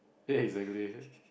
eh it's like a real